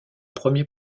premier